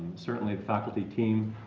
certainly the faculty team,